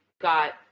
got –